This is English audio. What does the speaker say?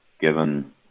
given